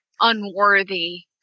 Unworthy